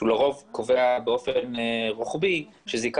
שלרוב הוא קובע באופן רוחבי שזיקה